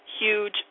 huge